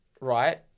right